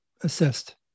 assist